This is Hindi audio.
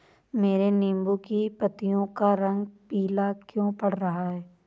मेरे नींबू की पत्तियों का रंग पीला क्यो पड़ रहा है?